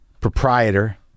proprietor